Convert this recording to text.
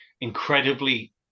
incredibly